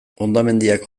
hondamendiak